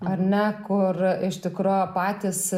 ar ne kur iš tikro patys